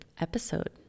episode